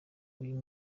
uyu